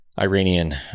Iranian